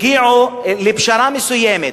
הגיעו לפשרה מסוימת.